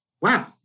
wow